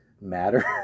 matter